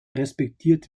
respektiert